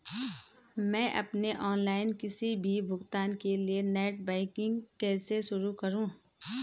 मैं अपने ऑनलाइन किसी भी भुगतान के लिए नेट बैंकिंग कैसे शुरु करूँ?